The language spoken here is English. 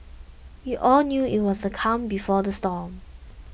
we all knew it was the calm before the storm